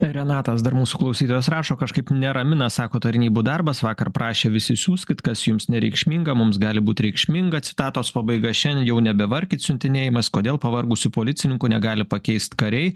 renatas dar mūsų klausytojas rašo kažkaip neramina sako tarnybų darbas vakar prašė visi siųskit kas jums nereikšminga mums gali būt reikšminga citatos pabaiga šiandien jau nebevarkit siuntinėjimas kodėl pavargusių policininkų negali pakeist kariai